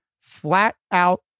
flat-out